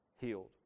healed